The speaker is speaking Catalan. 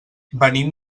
venim